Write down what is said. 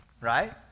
Right